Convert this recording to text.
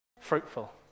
fruitful